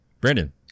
Brandon